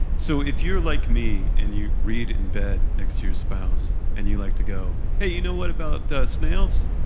so if you're like me, and you read in bed next to your spouse, and you like to go, hey, you know what about snails?